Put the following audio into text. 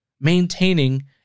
maintaining